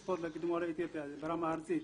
ספורט לקידום עולי אתיופיה ברמה ארצית.